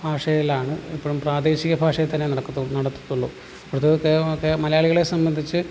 ഭാഷയിലാണ് ഇപ്പോഴും പ്രാദേശിക ഭാഷയിൽത്തന്നെ നടക്കത്തുള്ളു നടക്കത്തത്തുള്ളു അടുത്തത് മലയാളികളെ സംബന്ധിച്ച്